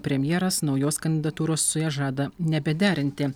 premjeras naujos kandidatūros su ja žada nebederinti